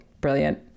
Brilliant